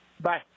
Bye